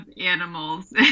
animals